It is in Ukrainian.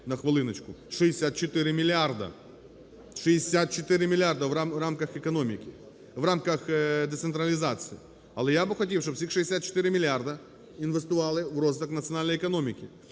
в рамках децентралізації. Але я би хотів, щоби цих 64 мільярда інвестували в розвиток національної економіки.